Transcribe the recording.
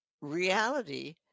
reality